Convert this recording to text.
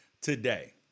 today